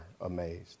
amazed